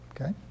Okay